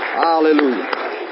Hallelujah